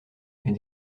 est